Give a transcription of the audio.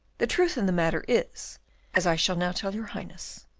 the truth in the matter is as i shall now tell your highness.